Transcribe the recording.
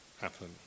happen